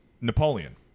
Napoleon